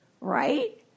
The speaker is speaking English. right